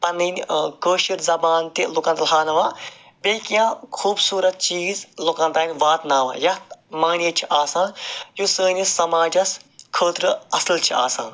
پَنٕنۍ کٲشٕر زبان تہِ لُکَن ہاوناوان بیٚیہِ کیٚنٛہہ خوٗبصوٗرَت چیٖز لُکَن تام واتناوان یَتھ معنی چھِ آسان یُس سٲنِس سماجَس خٲطرٕ اَصٕل چھِ آسان